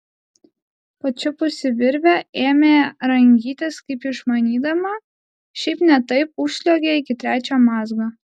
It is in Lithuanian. pačiupusi virvę ėmė rangytis kaip išmanydama šiaip ne taip užsliuogė iki trečio mazgo